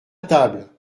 table